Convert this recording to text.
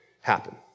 happen